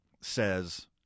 says